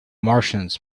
martians